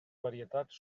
varietats